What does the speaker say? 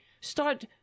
start